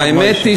האמת היא